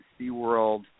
SeaWorld